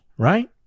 Right